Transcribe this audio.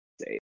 say